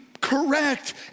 correct